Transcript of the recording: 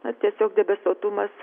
na tiesiog debesuotumas